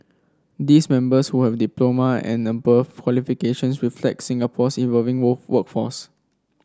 these members who have diploma and above qualifications reflect Singapore's evolving work workforce